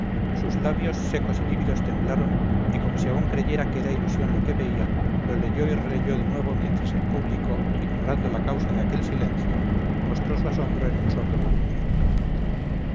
sus labios secos y lívidos temblaron y como si aún creyera que era ilusión lo que veía lo leyó y releyó de nuevo mientras el público ignorando la causa de aquel silencio mostró su asombro en un sordo murmullo